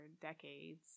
decades